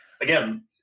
again